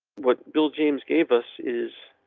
what bill james gave us is.